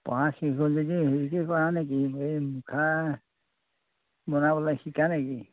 পঢ়া শেষ হ'ল যদি হেৰিকে কৰা নেকি এই মুখা বনাবলৈ শিকা নেকি